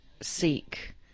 seek